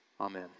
Amen